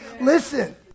Listen